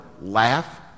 laugh